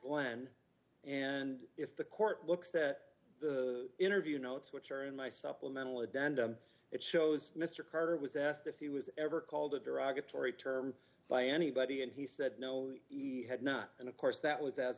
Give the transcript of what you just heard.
land and if the court looks at the interview notes which are in my supplemental a danda it shows mr carter was asked if he was ever called a derogatory term by anybody and he said no he had not and of course that w